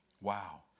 Wow